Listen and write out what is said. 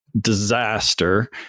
disaster